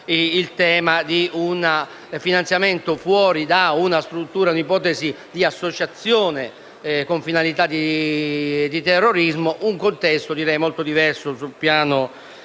il tema di un finanziamento fuori da una struttura e l'ipotesi di associazione con finalità di terrorismo sono un contesto molto diverso sul piano